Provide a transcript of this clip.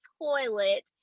toilet